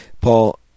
Paul